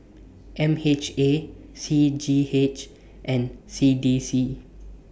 M H A C G H and C D C